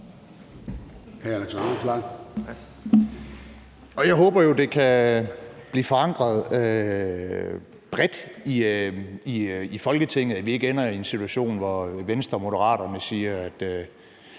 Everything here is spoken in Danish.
Jeg håber jo, at det kan blive forankret bredt i Folketinget, og at vi ikke ender i en situation, hvor Venstre og Moderaterne siger,